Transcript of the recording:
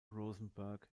rosenberg